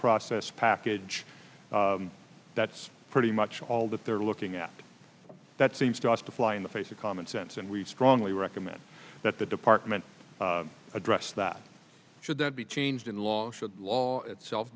process package that's pretty much all that they're looking at that seems to us to fly in the face of common sense and we strongly recommend that the department address that should that be changed in law should law itself